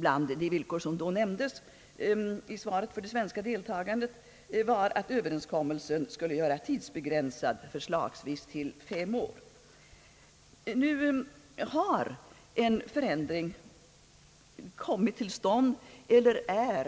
Bland de villkor för ett svenskt deltagande som nämndes i svaret var att överenskommelsen skulle göras tidsbegränsad, förslagsvis till fem år. Nu är en förändring